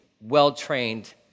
well-trained